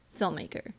filmmaker